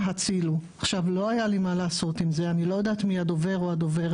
אז קודם כל, להט״ב בחברה הערבית